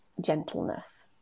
gentleness